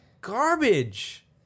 garbage